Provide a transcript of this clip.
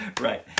right